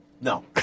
No